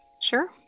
sure